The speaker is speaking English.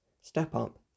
step-up